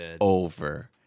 over